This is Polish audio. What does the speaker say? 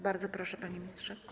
Bardzo proszę, panie ministrze.